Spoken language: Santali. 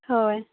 ᱦᱳᱭ